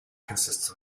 consists